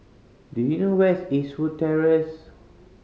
do you know where is Eastwood Terrace